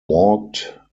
walked